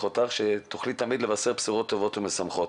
אותך שתוכלי תמיד לבשר בשורות טובות ומשמחות.